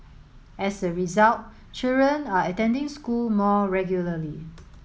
as a result children are attending school more regularly